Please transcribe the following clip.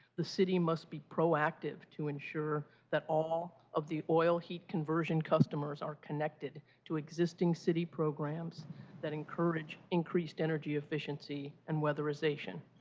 the city must be proactive to ensure that all of the oil heat conversion customers are connected to existing city programs that encourage increased energy efficiency and weatherization.